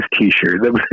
t-shirt